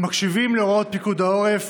הם מקשיבים להוראות פיקוד העורף,